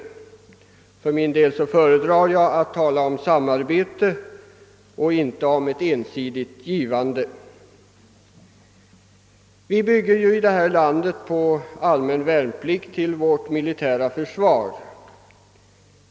För min del föredrar jag att tala om samarbete och inte om ett ensidigt givande. Allmän värnplikt ligger ju i detta land till grund för försvaret.